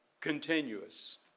continuous